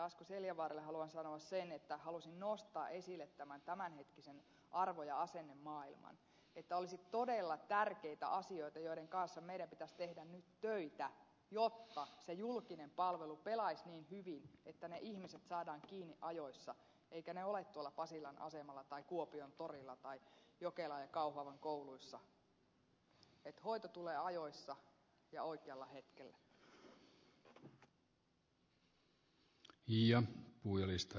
asko seljavaaralle haluan sanoa sen että halusin nostaa esille tämän tämänhetkisen arvo ja asennemaailman että olisi todella tärkeitä asioita joiden kanssa meidän pitäisi tehdä nyt töitä jotta se julkinen palvelu pelaisi niin hyvin että ne ihmiset saadaan kiinni ajoissa eivätkä he ole tuolla pasilan asemalla tai kuopion torilla tai jokelan tai kauhavan kouluissa vaan hoito tulee ajoissa ja oikealla hetkellä